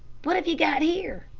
what have you got here?